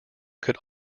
could